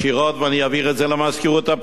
ואני אעביר את זה למזכירות הפדגוגית,